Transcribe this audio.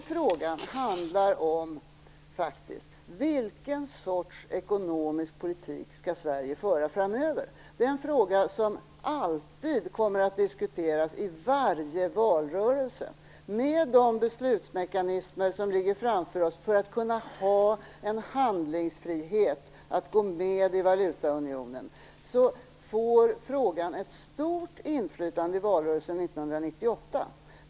Frågan handlar om vilken sorts ekonomisk politik som Sverige skall föra framöver. Det är en fråga som alltid kommer att diskuteras i varje valrörelse. Med de beslutsmekanismer som ligger framför oss för att kunna ha en handlingsfrihet att gå med i valutaunionen får frågan ett stort inflytande i valrörelsen 1998.